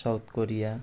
south Korea